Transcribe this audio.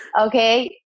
Okay